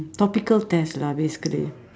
topical test lah basically